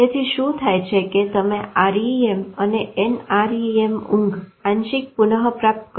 તેથી શું થાય છે કે તમે REM અને NREM ઊંઘ આંશિક પુનઃપ્રાપ્ત કરો છો